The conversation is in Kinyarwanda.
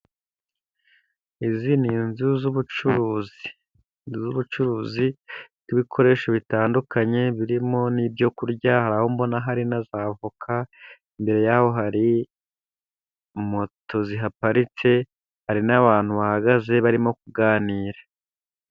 Izi ni inzu z'ubucuruzi. Inzu z'ubucuruzi bw'ibikoresho bitandukanye, birimo n'ibyo kurya hari n'aho mbona hari na za voka, imbere y'aho hari moto zihaparitse, hari n'abantu bahagaze barimo kuganira.